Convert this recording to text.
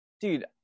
Dude